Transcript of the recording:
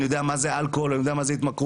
אני יודע מה זה אלכוהול ואני יודע מה זו התמכרות.